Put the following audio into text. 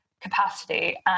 capacity